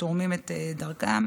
תורמים את חלקם,